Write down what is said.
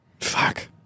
Fuck